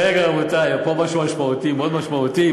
רגע, רבותי, פה משהו משמעותי, מאוד משמעותי.